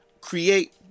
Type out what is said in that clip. create